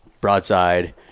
broadside